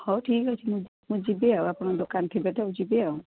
ହଉ ଠିକ୍ ଅଛି ମୁଁ ମୁଁ ଯିବି ଆଉ ଆପଣଙ୍କ ଦୋକାନ ଥିବେ ତ ଯିବି ଆଉ